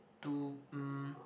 to um